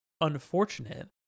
unfortunate